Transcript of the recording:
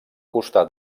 costat